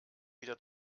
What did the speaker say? wieder